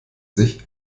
sich